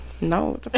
no